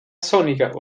sonniger